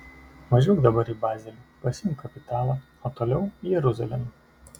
važiuok dabar į bazelį pasiimk kapitalą o toliau jeruzalėn